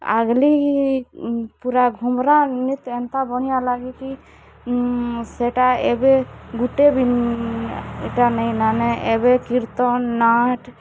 ଆଗ୍ଲି ପୁରା ଘୁମୁରା ନୃତ୍ୟ ଏନ୍ତା ବଢ଼ିଆ ଲାଗିକି ସେଟା ଏବେ ଗୁଟେ ବି ଇଟା ନାଇଁ ନ ନେ ଏବେ କୀର୍ତ୍ତନ ନାଟ୍